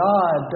God